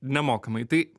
nemokamai tai